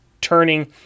turning